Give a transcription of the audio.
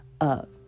up